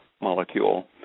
molecule